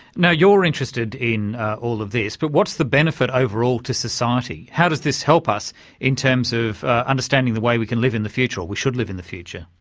you know you're interested in all of this, but what's the benefit overall to society? how does this help us in terms of understanding the way we can live the future or we should live in the future?